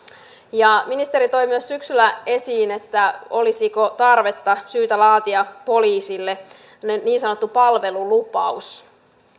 ministeri toi myös syksyllä esiin olisiko tarvetta ja syytä laatia poliisille niin sanottu palvelulupaus